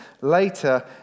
later